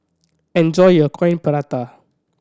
enjoy your Coin Prata